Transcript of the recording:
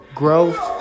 growth